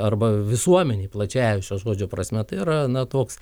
arba visuomenei plačiąja šio žodžio prasme tai yra na toks